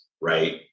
right